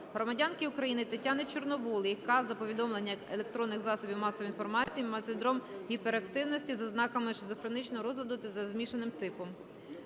громадянки України Тетяни Чорновол, яка, за повідомленням електронних засобів масової інформації, має синдром гіперактивності з ознаками шизофренічного розладу та за змішаним типом.